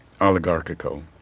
oligarchical